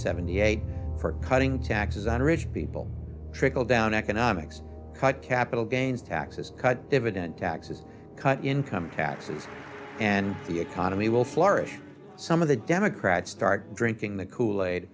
seventy eight for cutting taxes on rich people trickle down economics cut capital gains taxes cut dividend taxes cut income taxes and the economy will flourish some of the democrats start drinking the kool aid